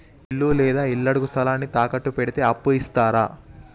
ఇల్లు లేదా ఇళ్లడుగు స్థలాన్ని తాకట్టు పెడితే అప్పు ఇత్తరా?